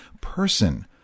person